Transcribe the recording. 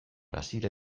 brasil